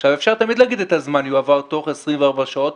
עכשיו אפשר תמיד להגיד את הזמן: יועבר תוך 24 שעות,